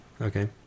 okay